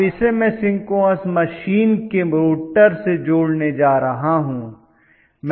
अब इसे मैं सिंक्रोनस मशीन के रोटर से जोड़ने जा रहा हूं